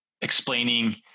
explaining